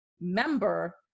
member